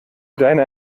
deine